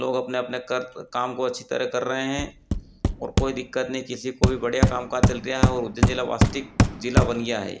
लोग अपने अपने काम को अच्छी तरा कर रहे हैं और कोई दिक्कत नहीं किसी को भी बढ़िया काम काज चल रहा हे और उज्जैन जिला वास्तविक जिला बन गया है